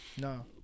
No